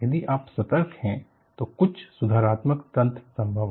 यदि आप सतर्क हैं तो कुछ सुधारात्मक तंत्र संभव है